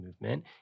movement